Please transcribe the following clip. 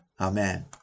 Amen